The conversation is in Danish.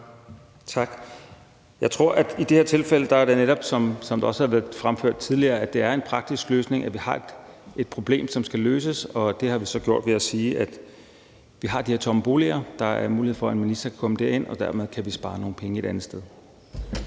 Tak. Jeg tror, at i det her tilfælde er det netop, som det også har været fremført tidligere, en praktisk løsning. Vi har et problem, som skal løses, og det har vi så gjort ved at sige, at vi har de her tomme boliger, at der er mulighed for, at en minister kan komme derind, og at dermed kan vi spare nogle penge et andet sted.